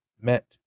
met